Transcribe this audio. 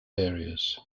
areas